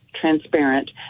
transparent